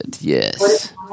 yes